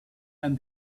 and